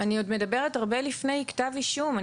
--- אני עוד מדברת הרבה לפני כתב אישום.